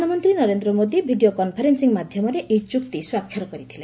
ପ୍ରଧାନମନ୍ତ୍ରୀ Narendra Modi video conferencing ମାଧ୍ୟମରେ ଏହି ଚୁକ୍ତି ସ୍ୱାକ୍ଷର କରିଥିଲେ